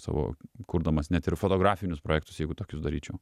savo kurdamas net ir fotografinius projektus jeigu tokius daryčiau